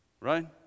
Right